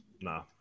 no